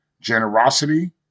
generosity